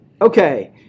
Okay